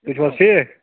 تُہۍ چھُو حظ ٹھیٖک